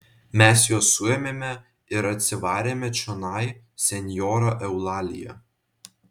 mes juos suėmėme ir atsivarėme čionai senjora eulalija